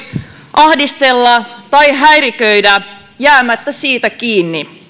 ahdistella tai häiriköidä jäämättä siitä kiinni